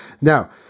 Now